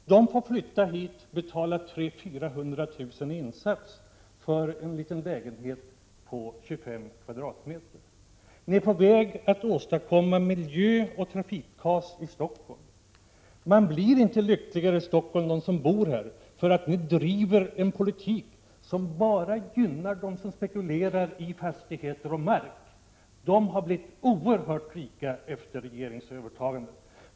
Ungdomarna tvingas flytta hit, och de tvingas betala 300 000-400 000 kr. i insats för en liten lägenhet om 25 m?. Ni är på väg att åstadkomma miljöoch trafikkaos i Stockholm. De som bor i Stockholm blir inte lyckligare därför att ni driver en politik som bara gynnar dem som spekulerar i fastigheter och mark. De människorna har blivit oerhört rika efter ert övertagande av regeringsmakten.